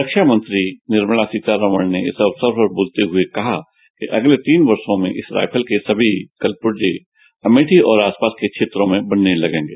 रक्षा मंत्री निर्मला सीतारमण ने इस अवसर पर बोलते हुए कहा कि अगले तीन वर्षों में इस राइफल के सभी कलपूर्ण अमेठी और आसपास के क्षेत्रों में बनाए जाने लगेंगे